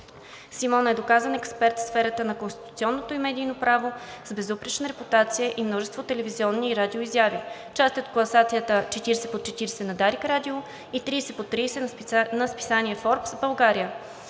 Симона е доказан експерт в сферата на конституционното и медийното право с безупречна репутация и множество телевизионни- и радиоизяви. Част е от класацията „40 по 40“ на Дарик радио и „30 по 30“ на списание „Форбс“ – България.